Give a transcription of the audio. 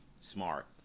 smart